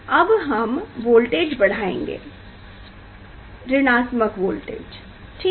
अब हम वोल्टेज बढ़ाएंगे ऋणात्मक वोल्टेज ठीक